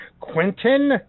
Quentin